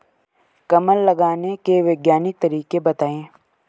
कमल लगाने के वैज्ञानिक तरीके बताएं?